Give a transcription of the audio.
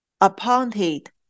appointed